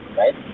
right